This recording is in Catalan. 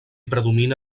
predomina